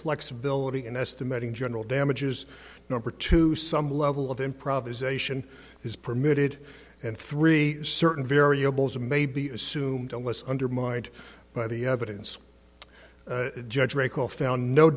flexibility in estimating general damages number to some level of improvisation is permitted and three certain variables may be assumed unless undermined by the evidence judge or a call found no